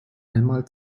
einmal